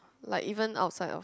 like even outside of